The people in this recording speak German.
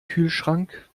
kühlschrank